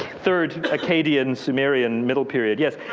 third acadian, samarian middle period. yes.